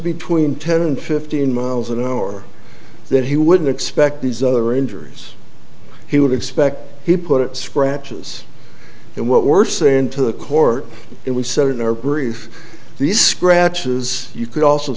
between ten and fifteen miles an hour that he wouldn't expect these other injuries he would expect he put scratches and what we're saying to the court and we said in our brief these scratches you could also